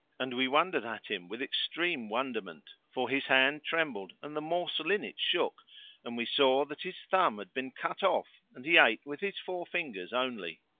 and we wondered at him with extreme wonderment, for his hand trembled and the morsel in it shook and we saw that his thumb had been cut off and he ate with his four fingers only.